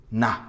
na